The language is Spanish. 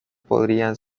podrían